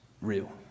real